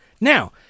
Now